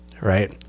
right